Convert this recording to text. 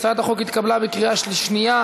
הצעת החוק התקבלה בקריאה שנייה.